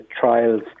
trials